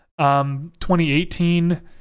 2018